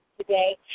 today